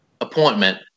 appointment